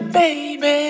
baby